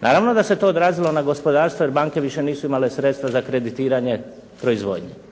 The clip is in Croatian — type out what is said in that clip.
Naravno da se to odrazilo na gospodarstvo, jer banke više nisu imale sredstva za kreditiranje proizvodnje.